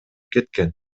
кеткен